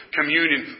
communion